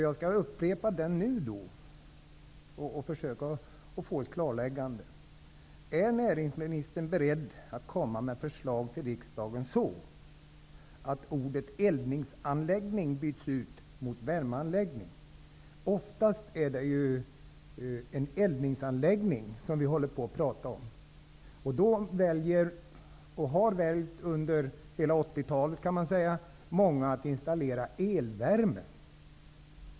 Jag vill försöka att få ett klargörande genom att upprepa frågan: Är näringsministern beredd att komma med förslag till riksdagen så, att begreppet ''eldningsanläggning'' Oftast är det ju fråga om en eldningsanläggning. Många har under 80-talet valt att installera elvärme.